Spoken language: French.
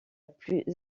plus